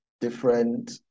different